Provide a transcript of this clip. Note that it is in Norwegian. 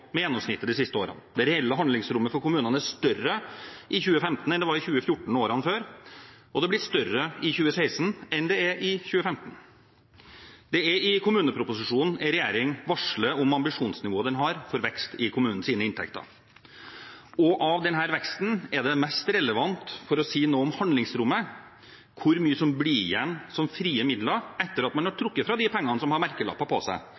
med gjennomsnittet de siste årene. Det reelle handlingsrommet for kommunene er større i 2015 enn det var i 2014 og årene før, og det blir større i 2016 enn det er i 2015. Det er i kommuneproposisjonen en regjering varsler om ambisjonsnivået den har for vekst i kommunenes inntekter. Av denne veksten er det mest relevante for å si noe om handlingsrommet, hvor mye som blir igjen som frie midler etter at man har trukket fra de pengene som har merkelapper på seg,